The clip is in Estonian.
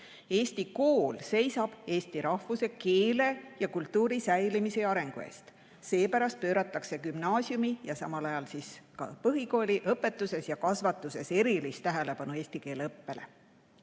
Eesti kool seisab eesti rahvuse, keele ja kultuuri säilimise ja arengu eest. Seepärast siis pööratakse gümnaasiumi- ja ka põhikooliõpetuses ja kasvatuses erilist tähelepanu eesti keele õppele.